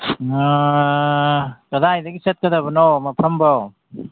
ꯀꯗꯥꯏꯗꯒꯤ ꯆꯠꯀꯗꯕꯅꯣ ꯃꯐꯝꯕꯣ